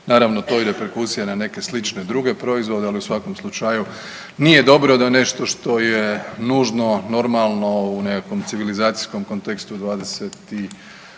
naravno to i reperkusije na neke slične druge proizvode, ali u svakom slučaju nije dobro da je nešto što je nužno, normalno u nekakvom civilizacijskom kontekstu 21.